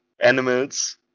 animals